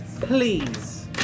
please